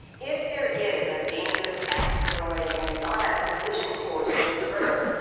if there is a dangerous asteroid and it's on a collision course with earth,